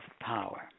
power